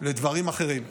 לדברים אחרים.